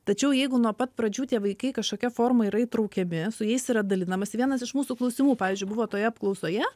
tačiau jeigu nuo pat pradžių tie vaikai kažkokia forma yra įtraukiami su jais yra dalinamasi vienas iš mūsų klausimų pavyzdžiui buvo toje apklausoje